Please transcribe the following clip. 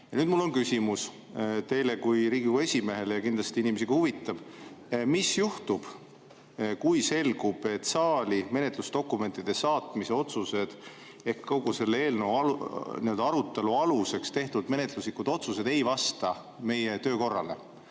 nüüd mul on küsimus teile kui Riigikogu esimehele ja kindlasti inimesi ka huvitab: mis juhtub, kui selgub, et saali menetlusdokumentide saatmise otsused ehk kogu selle eelnõu arutelu aluseks tehtud menetluslikud otsused ei vasta meie töökorrale?